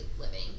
living